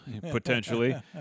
potentially